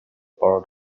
part